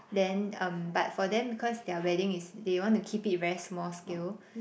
then um but for them because their wedding is they want to keep it very small scale